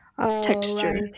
texture